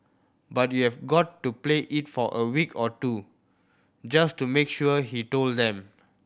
but you have got to play it for a week or two just to make sure he told them